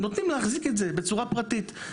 נותנים להחזיק את זה בצורה פרטית.